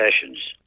sessions